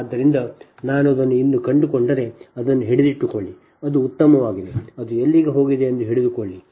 ಆದ್ದರಿಂದ ನಾನು ಅದನ್ನು ಇಲ್ಲಿ ಕಂಡುಕೊಂಡರೆ ಅದನ್ನು ಹಿಡಿದಿಟ್ಟುಕೊಳ್ಳಿ ಅದು ಉತ್ತಮವಾಗಿದೆ ಅದು ಎಲ್ಲಿಗೆ ಹೋಗಿದೆ ಎಂದು ಹಿಡಿದುಕೊಳ್ಳಿ